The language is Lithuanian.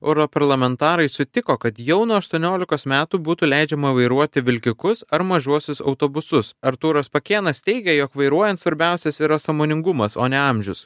europarlamentarai sutiko kad jau nuo aštuoniolikos metų būtų leidžiama vairuoti vilkikus ar mažuosius autobusus artūras pakėnas teigė jog vairuojant svarbiausias yra sąmoningumas o ne amžius